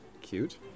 Cute